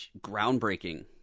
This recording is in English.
groundbreaking